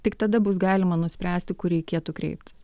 tik tada bus galima nuspręsti kur reikėtų kreiptis